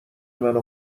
منو